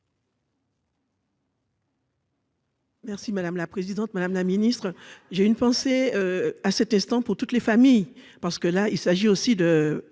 Merci madame la présidente, madame la ministre, j'ai une pensée à cet instant pour toutes les familles parce que là il s'agit aussi de